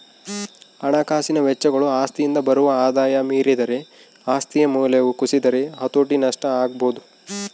ಹಣಕಾಸಿನ ವೆಚ್ಚಗಳು ಆಸ್ತಿಯಿಂದ ಬರುವ ಆದಾಯ ಮೀರಿದರೆ ಆಸ್ತಿಯ ಮೌಲ್ಯವು ಕುಸಿದರೆ ಹತೋಟಿ ನಷ್ಟ ಆಗಬೊದು